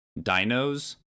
Dinos